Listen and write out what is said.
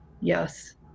Yes